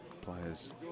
players